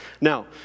Now